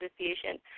Association